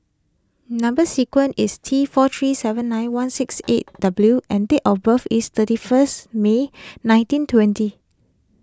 Number Sequence is T four three seven nine one six eight W and date of birth is thirty first May nineteen twenty